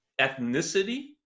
ethnicity